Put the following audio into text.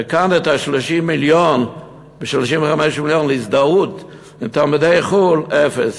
וכאן, 30 35 המיליון להזדהות, לתלמידי חו"ל, אפס.